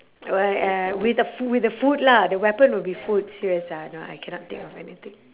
wea~ uh with a foo~ with a food lah the weapon will be food serious ah no I cannot think of anything